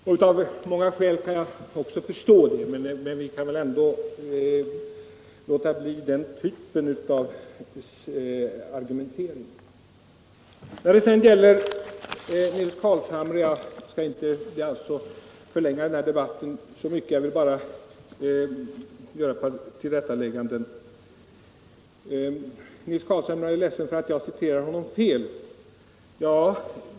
Jag kan också förstå att det är så av många skäl, men vi kan väl ändå låta bli den typ av argumentering som nu förekommit. Jag skall inte förlänga denna debatt utan vill bara göra ett par tillrättalägganden till herr Carlshamre. Han är ledsen för att jag citerat honom fel.